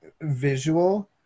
visual